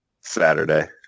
Saturday